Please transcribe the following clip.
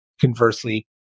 conversely